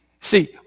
see